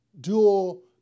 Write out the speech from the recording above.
dual